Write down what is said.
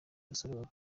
rusororo